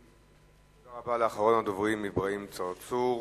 תודה רבה לאחרון הדוברים אברהים צרצור.